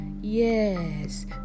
yes